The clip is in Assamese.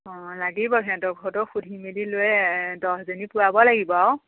অঁ লাগিব সিহঁতৰ ফটো সুধি মেলি লৈ দহজনী পূৰাব লাগিব আৰু